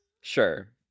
sure